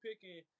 picking